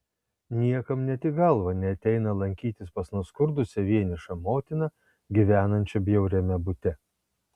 niekam net į galvą neateina lankytis pas nuskurdusią vienišą motiną gyvenančią bjauriame bute